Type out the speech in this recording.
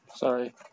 Sorry